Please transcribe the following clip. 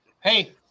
Hey